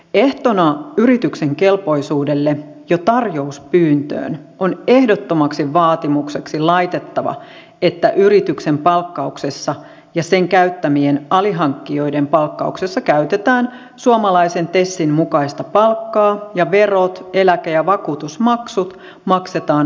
ehtona yrityksen kelpoisuudelle jo tarjouspyyntöön on ehdottomaksi vaatimukseksi laitettava että yrityksen palkkauksessa ja sen käyttämien alihankkijoiden palkkauksessa käytetään suomalaisen tesin mukaista palkkaa ja verot eläke ja vakuutusmaksut maksetaan asianmukaisesti